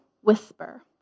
whisper